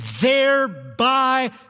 thereby